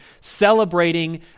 celebrating